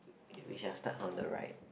w~ we shall start from the right